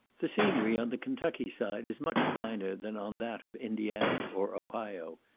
the scenery on the kentucky side is much finer than on that of indiana, or ohio.